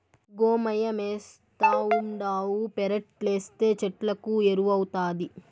గోమయమేస్తావుండావు పెరట్లేస్తే చెట్లకు ఎరువౌతాది